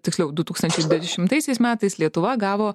tiksliau du tūkstančiai dvidešimtaisiais metais lietuva gavo